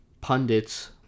pundits